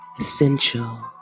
essential